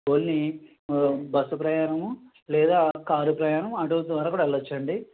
only bus ప్రయాణము లేదా car ప్రయాణం ఆటోస్ ద్వారా కూడా వెళ్లొచ్చండి